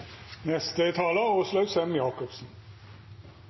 Neste taler er